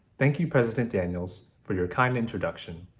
thank you president daniels for your kind introduction.